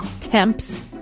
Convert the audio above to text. temps